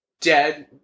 dad